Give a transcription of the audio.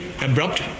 abrupt